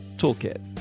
toolkit